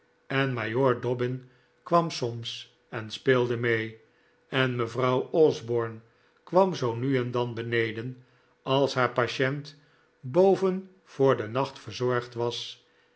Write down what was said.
en majoor dobbin kwam soms en speelde mee en mevrouw osborne kwam zoo nu en dan beneden als haar patient boven voor den nacht verzorgd was